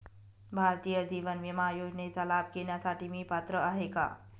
भारतीय जीवन विमा योजनेचा लाभ घेण्यासाठी मी पात्र आहे का?